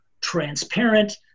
transparent